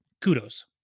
Kudos